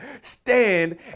Stand